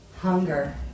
Hunger